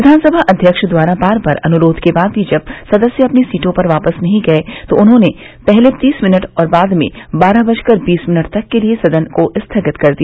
विधानसभा अध्यक्ष द्वारा बार बार अनुरोध के बाद भी जब सदस्य अपनी सीटों पर वापस नहीं गये तो उन्होंने पहले तीस मिनट तथा बाद में बारह बजकर बीस मिनट तक के लिये सदन को स्थगित कर दिया